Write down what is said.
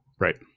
right